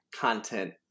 content